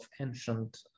ancient